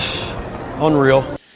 Unreal